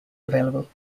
available